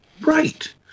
right